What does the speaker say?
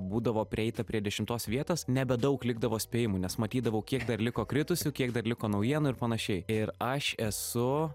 būdavo prieita prie dešimtos vietos nebedaug likdavo spėjimų nes matydavau kiek dar liko kritusių kiek dar liko naujienų ir panašiai ir aš esu